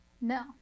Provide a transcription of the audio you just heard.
No